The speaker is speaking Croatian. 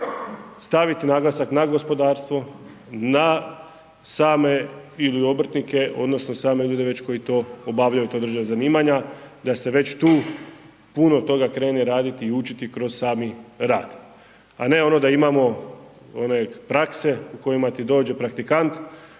plaća staviti naglasak na gospodarstvo, na same ili obrtnike odnosno same ljude već koji to obavljaju ta određena zanimanja, da se već tu puno toga krene raditi i učiti kroz sami rad. A ne ono da imamo one prakse u kojima ti dođe praktikant,